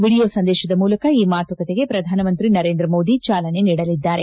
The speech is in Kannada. ವಿಡಿಯೋ ಸಂದೇಶದ ಮೂಲಕ ಈ ಮಾತುಕತೆಗೆ ಪ್ರಧಾನಮಂತ್ರಿ ನರೇಂದ್ರ ಮೋದಿ ಚಾಲನೆ ನೀಡಲಿದ್ದಾರೆ